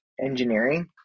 engineering